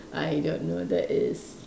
I don't know that is